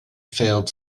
failed